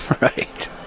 Right